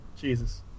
Jesus